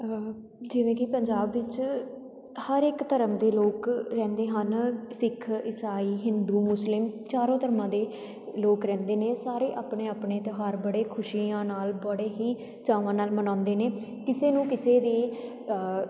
ਜਿਵੇਂ ਕੀ ਪੰਜਾਬ ਵਿੱਚ ਹਰ ਇੱਕ ਧਰਮ ਦੇ ਲੋਕ ਰਹਿੰਦੇ ਹਨ ਸਿੱਖ ਇਸਾਈ ਹਿੰਦੂ ਮੁਸਲਿਮ ਚਾਰੋਂ ਧਰਮਾਂ ਦੇ ਲੋਕ ਰਹਿੰਦੇ ਨੇ ਸਾਰੇ ਆਪਣੇ ਆਪਣੇ ਤਿਉਹਾਰ ਬੜੇ ਖੁਸ਼ੀਆਂ ਨਾਲ ਬੜੇ ਹੀ ਚਾਵਾਂ ਨਾਲ ਮਨਾਉਂਦੇ ਨੇ ਕਿਸੇ ਨੂੰ ਕਿਸੇ ਦੀ